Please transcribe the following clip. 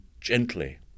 gently